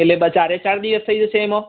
એટલે બ ચારેચાર દિવસ થઇ જશે એમાં